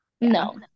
No